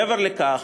מעבר לכך,